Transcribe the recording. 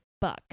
Buck